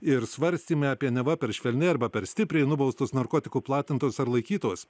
ir svarstymai apie neva per švelni arba per stipriai nubaustus narkotikų platintojus ar laikytojus